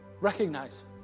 recognize